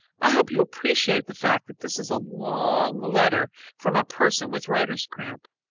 i hope you appreciate the fact that this is a long letter from a person with writer's cramp.